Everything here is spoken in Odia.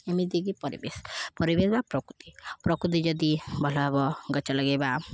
ଏମିତିକି ପରିବେଶ ପରିବେଶ ବା ପ୍ରକୃତି ପ୍ରକୃତି ଯଦି ଭଲ ହବ ଗଛ ଲଗାଇବା